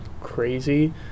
crazy